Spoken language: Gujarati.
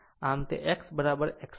આમ તે X X1 X2 છે